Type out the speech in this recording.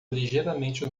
ligeiramente